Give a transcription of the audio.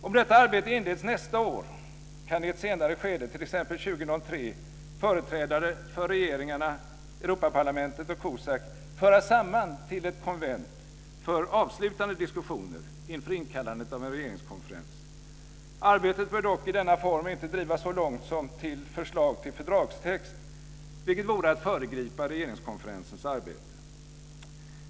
Om detta arbete inleds nästa år kan i ett senare skede, t.ex. år 2003, företrädare för regeringarna, Europaparlamentet och COSAC föras samman till ett konvent för avslutande diskussioner inför inkallandet av en regeringskonferens. Arbetet bör dock i denna form inte drivas så långt som till förslag till fördragstext, vilket vore att föregripa regeringskonferensens arbete.